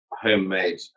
homemade